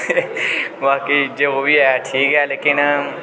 बाकी जो बी ऐ ठीक ऐ लेकिन